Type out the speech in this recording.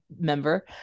member